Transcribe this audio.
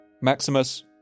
Maximus